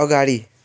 अगाडि